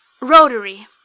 Rotary